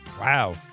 wow